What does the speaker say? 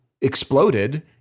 exploded